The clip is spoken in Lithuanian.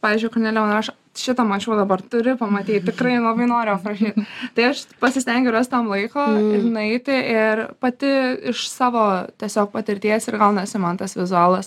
pavyzdžiui kornelija man rašo šitą mačiau dabar turi pamatyt tikrai labai noriu aprašyt tai aš pasistengiu rast tam laiko nueiti ir pati iš savo tiesiog patirties ir gaunasi man tas vizualas